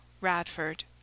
Radford